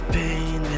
pain